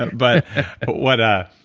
but what ah